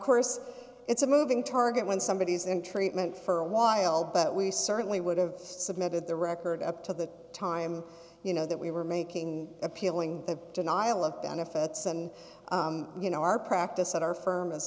course it's a moving target when somebody is in treatment for a while but we certainly would have submitted the record up to the time you know that we were making appealing the denial of benefits and you know our practice at our firm